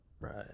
right